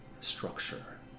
structure